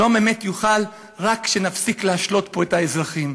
שלום אמת יוחל רק כשנפסיק להשלות פה את האזרחים,